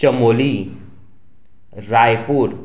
Chamoli Raipur